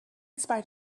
spite